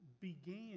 began